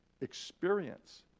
experience